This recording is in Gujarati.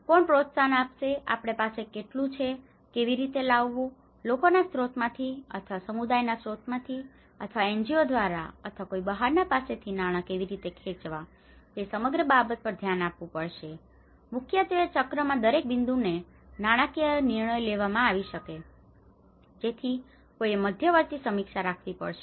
કોણ પ્રોત્સાહન આપશે આપણી પાસે કેટલું છે કેવી રીતે લાવવું લોકોના સ્ત્રોતમાંથી અથવા સમુદાયના સ્ત્રોતોમાંથી અથવા NGO દ્વારા અથવા કોઈ બહારના પાસેથી નાણાં કેવી રીતે ખેંચવા તે સમગ્ર બાબત પર ધ્યાન આપવું પડશે અને મુખ્યત્વે ચક્રમાં દરેક બિંદુએ નાણાકીય નિર્ણયો લેવામાં આવી શકે છે જેથી કોઈએ મધ્યવર્તી સમીક્ષા રાખવી પડશે